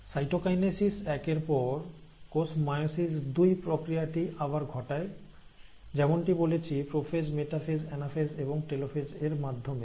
cytokinesis একের পর কোষ মায়োসিস দুই প্রক্রিয়াটি আবার ঘটায় যেমনটি বলেছি প্রোফেজ মেটাফেজ অ্যানাফেজ এবং টেলোফেজ এর মাধ্যমে